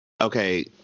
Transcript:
okay